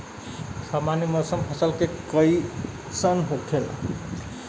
सामान्य मौसम फसल के लिए कईसन होखेला?